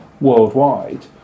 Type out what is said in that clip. worldwide